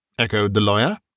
echoed the lawyer.